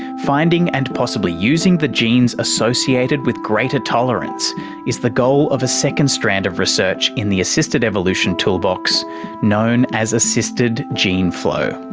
finding and possibly using the genes associated with greater tolerance is the goal of a second strand of research in the assisted evolution toolbox known as assisted gene flow.